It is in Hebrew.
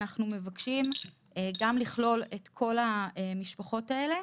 אנחנו מבקשים גם לכלול את כל המשפחות האלה